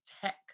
tech